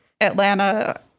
Atlanta